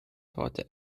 torte